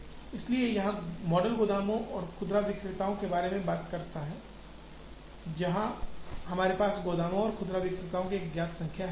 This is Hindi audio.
इसलिए यह मॉडल गोदामों और खुदरा विक्रेताओं के बारे में बात करता है जहां हमारे पास गोदामों और खुदरा विक्रेताओं की एक ज्ञात संख्या है